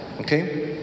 okay